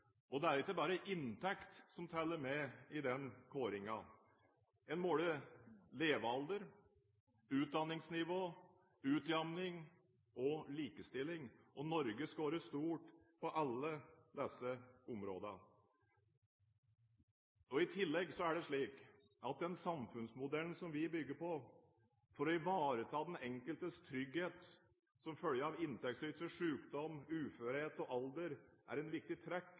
i. Det er ikke bare inntekt som teller med i den kåringen. En måler levealder, utdanningsnivå, utjamning og likestilling, og Norge scorer stort på alle disse områdene. I tillegg er det slik at den samfunnsmodellen som vi bygger på for å ivareta den enkeltes trygghet som følge av inntektssvikt ved sykdom, uførhet og alder, er et viktig trekk